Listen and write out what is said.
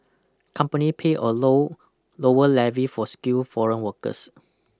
company pay a low lower levy for skilled foreign workers